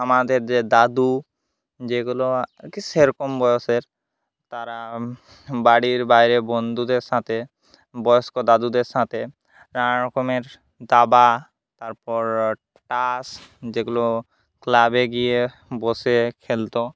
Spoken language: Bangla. আমাদের যে দাদু যেগুলো সেরকম বয়সের তারা বাড়ির বাইরে বন্ধুদের সাথে বয়স্ক দাদুদের সাথে নানা রকমের দাবা তারপর তাস যেগুলো ক্লাবে গিয়ে বসে খেলতো